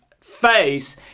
face